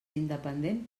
independent